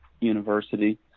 university